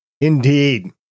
Indeed